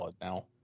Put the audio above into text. Now